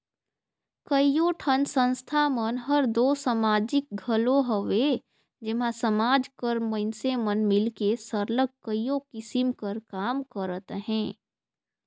कइयो ठन संस्था मन हर दो समाजिक घलो हवे जेम्हां समाज कर मइनसे मन मिलके सरलग कइयो किसिम कर काम करत अहें